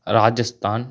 Rajasthan